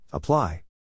Apply